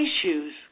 issues